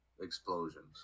explosions